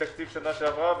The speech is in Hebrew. מתקציב שנה שעברה,